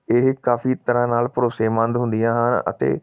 ਇਹ ਕਾਫ਼ੀ ਤਰ੍ਹਾਂ ਨਾਲ ਭਰੋਸੇਮੰਦ ਹੁੰਦੀਆਂ ਹਨ ਅਤੇ